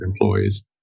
employees